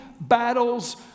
battles